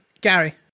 Gary